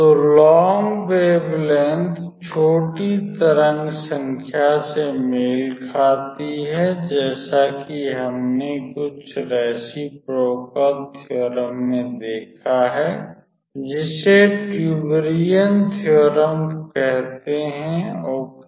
तो long wavelength छोटी तरंग संख्या से मेल खाती है जैसा कि हमने कुछ रेसीप्रोकल थेओरेम में देखा है जैसे ट्यूबरियन थेओरेम ओके